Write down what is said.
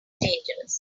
dangerous